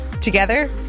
together